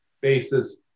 basis